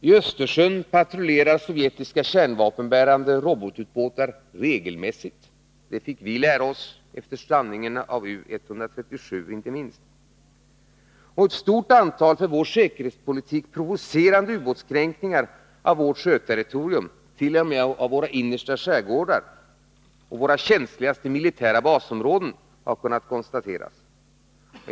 I Östersjön patrullerar sovjetiska kärnvapenbärande robotubåtar regelmässigt. Det fick vi lära oss, inte minst efter strandningen av U 137. Ett stort antal för vår säkerhetspolitik provocerande ubåtskränkningar av vårt sjöterritorium — t.o.m. av våra innersta skärgårdar och våra känsligaste militära basområden — har kunnat konstateras.